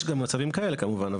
יש גם מצבים כאלה כמובן,